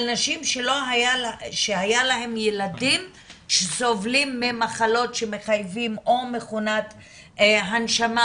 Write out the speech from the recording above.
על נשים שהיו להן ילדים שסובלים ממחלות שמחייבות או מכונת הנשמה,